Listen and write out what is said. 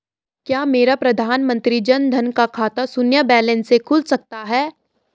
क्या मेरा प्रधानमंत्री जन धन का खाता शून्य बैलेंस से खुल सकता है?